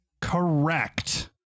correct